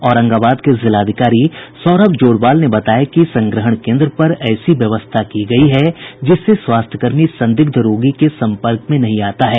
औरंगाबाद के जिलाधिकारी सौरभ जोरवाल ने बताया कि संग्रहण केन्द्र पर ऐसी व्यवस्था की गयी है जिससे स्वास्थ्य कर्मी संदिग्ध रोगी के सम्पर्क में नहीं आता है